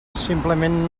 simplement